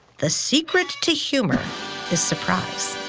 the secret to humor is surprise.